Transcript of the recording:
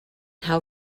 how